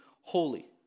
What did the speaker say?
holy